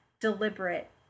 deliberate